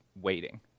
waiting